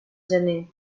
gener